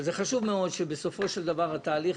אבל זו חשוב מאוד שבסופו של דבר התהליך